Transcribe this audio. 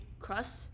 Crust